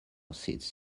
sits